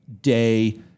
day